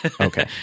Okay